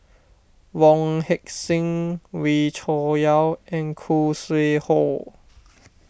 Wong Heck Sing Wee Cho Yaw and Khoo Sui Hoe